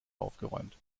aufgeräumt